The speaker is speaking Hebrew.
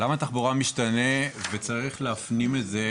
עולם התחבורה משתנה וכולנו צריכים להפנים את זה